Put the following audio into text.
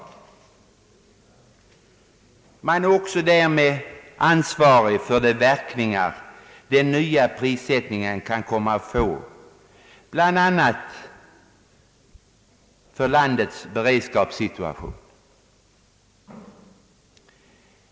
Därmed är regeringen också ansvarig för de verkningar som den nya prissättningan kan få bl.a. på landets beredskapssituation.